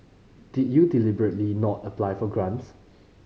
did you deliberately not apply for grants